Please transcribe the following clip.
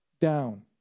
down